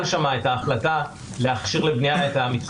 רק צריך לעמוד על הדברים הבאים: אני מבין את עמדתך,